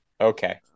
Okay